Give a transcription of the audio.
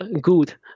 good